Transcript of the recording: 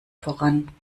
voran